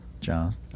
John